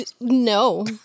No